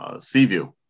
Seaview